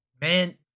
man